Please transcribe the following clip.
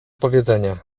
powiedzenia